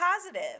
positive